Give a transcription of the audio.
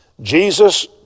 Jesus